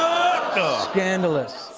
scandalous.